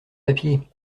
papier